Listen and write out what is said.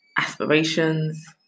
aspirations